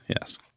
yes